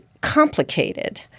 complicated